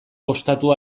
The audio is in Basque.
ostatua